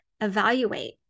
Evaluate